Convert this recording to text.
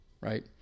right